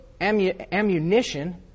ammunition